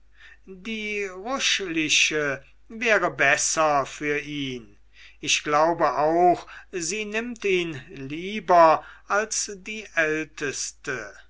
die ruschliche wäre besser für ihn ich glaube auch sie nimmt ihn lieber als die älteste